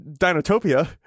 Dinotopia